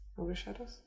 overshadows